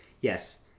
Yes